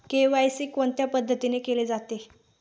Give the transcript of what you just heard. KYC कोणत्या पद्धतीने केले जाते?